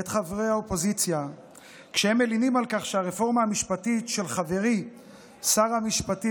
את חברי האופוזיציה מלינים על כך שהרפורמה המשפטית של חברי שר המשפטים